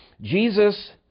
Jesus